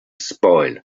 spoil